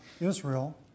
Israel